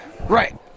Right